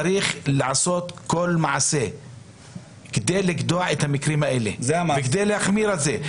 צריך לעשות כל מעשה כדי לגדוע את המקרים האלה וכדי להחמיר את זה.